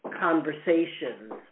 conversations